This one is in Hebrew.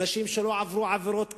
אנשים שלא עברו עבירות קודם,